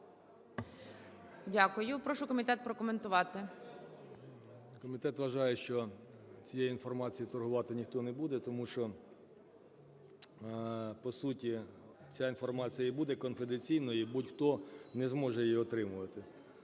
Дякую. Прошу комітет прокоментувати. 13:34:42 КУЛІНІЧ О.І. Комітет вважає, що цією інформацією торгувати ніхто не буде, тому що по суті ця інформація і буде конфіденційною і будь-хто не зможе її отримувати.